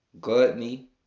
gluttony